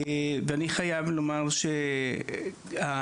ואני חייב לומר שהאהדה,